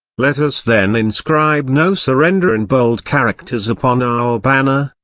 let us then inscribe no surrender in bold characters upon our banner,